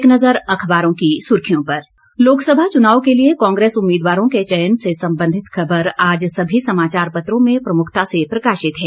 एक नज़र अखबारों की सुर्खियों पर लोकसभा चुनाव के लिए कांग्रेस उम्मीदवारों के चयन से संबंधित खबर आज सभी समाचार पत्रों में प्रमुखता से प्रकाशित है